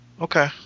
Okay